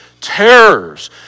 terrors